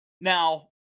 Now